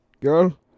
girl